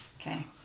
Okay